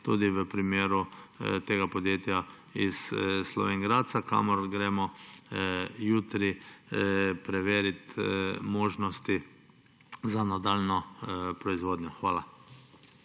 tudi v primeru tega podjetja iz Slovenj Gradca, kamor gremo jutri preverit možnosti za nadaljnjo proizvodnjo. Hvala.